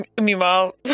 meanwhile